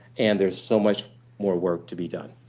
and there's so much more work to be done.